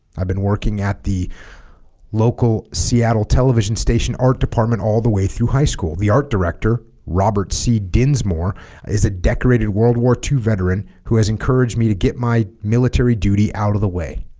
i've been working at the local seattle television station art department all the way through high school the art director robert c dinsmore is a decorated world war ii veteran who has encouraged me to get my military duty out of the way